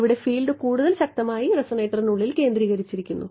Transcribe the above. ഇവിടെ ഫീൽഡ് കൂടുതൽ ശക്തമായി റെസോണേറ്ററിനുള്ളിൽ കേന്ദ്രീകരിച്ചിരിക്കുന്നു